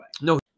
No